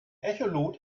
echolot